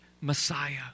Messiah